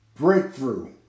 breakthrough